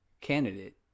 candidate